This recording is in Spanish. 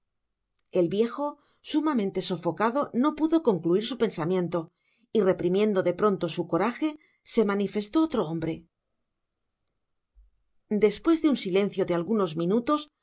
el viejo sumamente sofocado no pudo concluir su pensamiento y reprimiendo de pronto su coraje se manifestó otro hombre despues de un silencio de algunos minutos